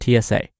TSA